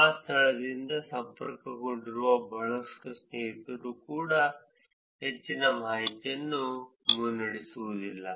ಆ ಸ್ಥಳದಿಂದ ಸಂಪರ್ಕಗೊಂಡಿರುವ ಬಹಳಷ್ಟು ಸ್ನೇಹಿತರು ಕೂಡ ಹೆಚ್ಚಿನ ಮಾಹಿತಿಯನ್ನು ಮುನ್ನಡೆಸುವುದಿಲ್ಲ